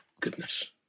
Goodness